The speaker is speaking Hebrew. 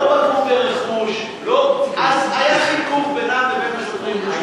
לא פגעו ברכוש, לא, היה חיכוך בינם לבין השוטרים.